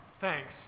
Thanks